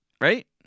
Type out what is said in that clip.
right